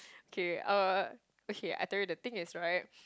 okay uh okay I tell you the thing is right